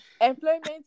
employment